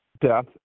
death